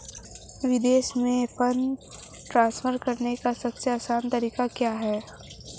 विदेश में fund transfer करने का सबसे आसान तरीका क्या है?